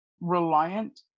reliant